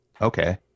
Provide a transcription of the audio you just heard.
okay